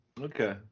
okay